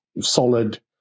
solid